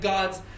God's